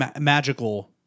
magical